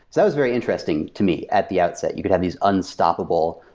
that was very interesting to me at the outset. you could have these unstoppable,